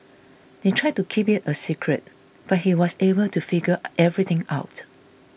they tried to keep it a secret but he was able to figure everything out